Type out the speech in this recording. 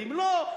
ואם לא,